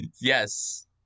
yes